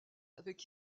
avec